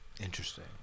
Interesting